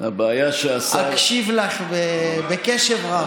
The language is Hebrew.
אקשיב לך בקשב רב.